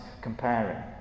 comparing